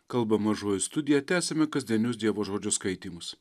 kalba mažoji studija tęsiame kasdienius dievo žodžių skaitymus